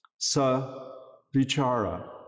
savichara